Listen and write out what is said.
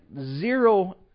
zero